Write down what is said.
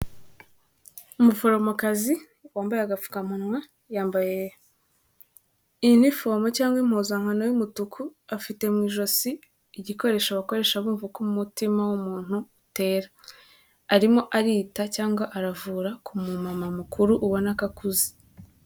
Umuforomokazi wambaye agapfukamunwa yambaye inifomu cyangwa impuzankano y'umutuku, afite mu ijosi igikoresho abakoresha bumva ko umutima w'umuntu utera, arimo arita cyangwa aravura ku mu mama mukuru ubona ko akuze.